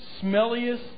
smelliest